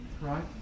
right